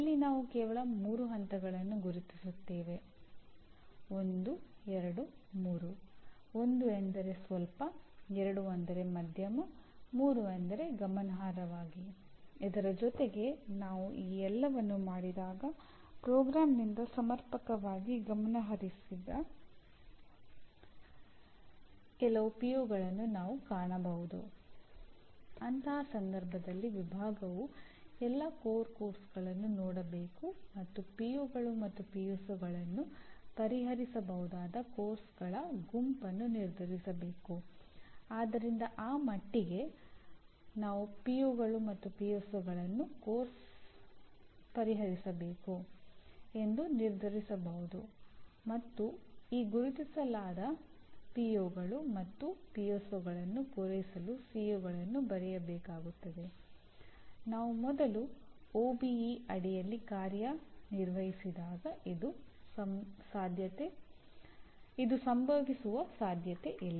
ಅಂತಹ ಸಂದರ್ಭದಲ್ಲಿ ವಿಭಾಗವು ಎಲ್ಲಾ ಮೂಲ ಪಠ್ಯಕ್ರಮಗಳನ್ನು ನೋಡಬೇಕು ಮತ್ತು ಪಿಒಗಳು ಅಡಿಯಲ್ಲಿ ಕಾರ್ಯನಿರ್ವಹಿಸಿದಾಗ ಇದು ಸಂಭವಿಸುವ ಸಾಧ್ಯತೆಯಿಲ್ಲ